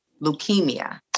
leukemia